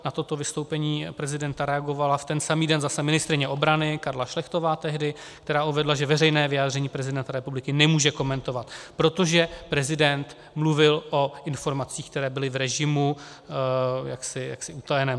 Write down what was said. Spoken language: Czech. Na toto vystoupení prezidenta reagovala v ten samý den zase ministryně obrany Karla Šlechtová, která uvedla, že veřejné vyjádření prezidenta republiky nemůže komentovat, protože prezident mluvil o informacích, které byly v režimu utajeném.